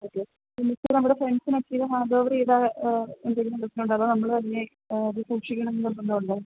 okay പിന്നെ ഇപ്പം നമ്മുടെ ഫ്രണ്ട്സിനൊക്കെ ഇത് ഹാൻഡോവർ ചെയ്താൽ എന്തെങ്കിലും പ്രശ്നമുണ്ടോ അതോ നമ്മൾ തന്നെ ഇത് സൂക്ഷിക്കണം എന്ന് നിർബന്ധമുണ്ടോ